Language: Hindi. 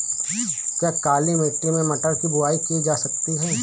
क्या काली मिट्टी में मटर की बुआई की जा सकती है?